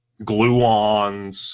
gluons